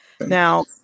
Now